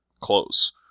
close